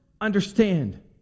understand